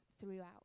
throughout